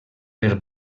per